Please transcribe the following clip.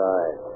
Right